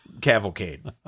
cavalcade